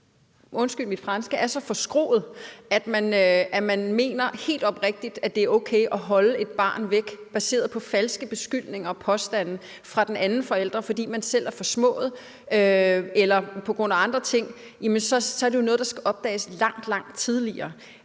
undskyld mit franske, er så forskruet, at man helt oprigtigt mener, at det er okay at holde et barn væk baseret på falske beskyldninger og påstande fra den anden forælder, fordi man selv er forsmået eller på grund af andre ting, jamen, så er det jo noget, der skal opdages langt, langt tidligere.